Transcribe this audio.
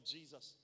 Jesus